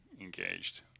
engaged